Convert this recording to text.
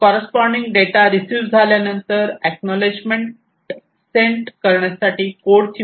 corresponding data receive झाल्यानंतर acknowledgement sent करण्यासाठी कोडची मदत होईल